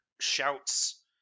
shouts